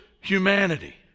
humanity